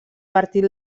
partit